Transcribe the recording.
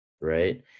right